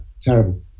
terrible